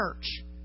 church